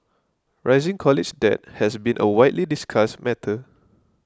rising college debt has been a widely discussed matter